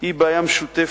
היא בעיה משותפת,